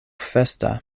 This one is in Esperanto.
festa